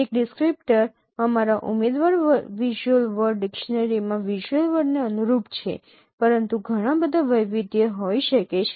એક ડિસક્રીપ્ટર અમારા ઉમેદવાર વિઝ્યુઅલ વર્ડ ડિક્શનરીમાં વિઝ્યુઅલ વર્ડ ને અનુરૂપ છે પરંતુ ઘણાં બધાં વૈવિધ્ય હોઈ શકે છે